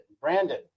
Brandon